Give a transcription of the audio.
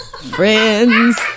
Friends